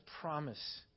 promise